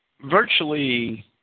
virtually